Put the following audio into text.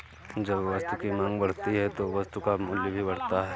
जब वस्तु की मांग बढ़ती है तो वस्तु का मूल्य भी बढ़ता है